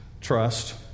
trust